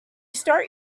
start